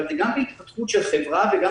אבל זה נכון גם בהתפתחות של חברה וגם